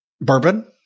bourbon